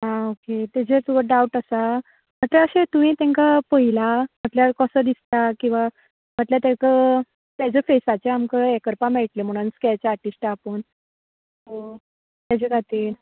आं ओके ताचेर तुका डावट आसा म्हटल्यार अशें तुवें तांकां पळयला म्हटल्यार कसो दिसता किंवां म्हटल्यार तेका तेचे फेसाचे आमकां हें करपा मेळटलें म्हण स्केच आरटीस्टा आपोवन होय तेचे खातीर